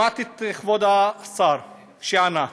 שמעתי את כבוד השר, שענה.